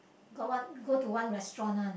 got one go to one restaurant one